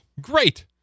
great